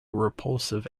repulsive